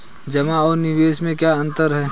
जमा और निवेश में क्या अंतर है?